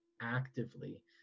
actively